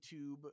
youtube